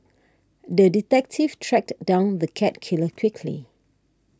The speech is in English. the detective tracked down the cat killer quickly